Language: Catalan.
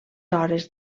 hores